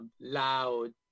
loud